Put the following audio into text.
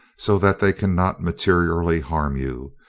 so that they cannot materially harm you.